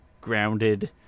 grounded